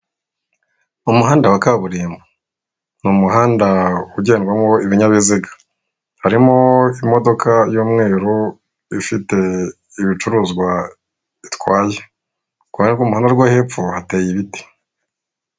Umuhanda wa kaburimbo: Ni umuhanda udndwamo ibinyabiziga, harimo imodoka y'umweru ifite ibicuruzwa bitwaye, k'uruhande rw'umuhanda rwo hepfo hateye ibiti.